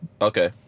okay